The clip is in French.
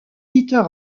peter